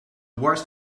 worst